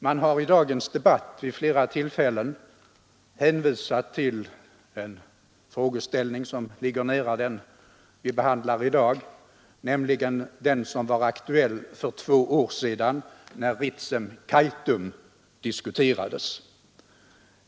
Man har i dagens debatt vid flera tillfällen hänvisat till en frågeställning, som ligger nära den vi behandlar i dag, nämligen den som var aktuell för två år sedan när Ritsem-Kaitum diskuterades.